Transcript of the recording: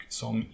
som